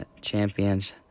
champions